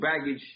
baggage